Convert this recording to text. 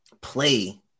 play